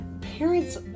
Parents